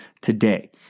today